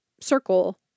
circle